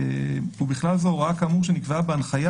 ובכלל זה הוראה כאמור שנקבעת בהנחיה,